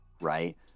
right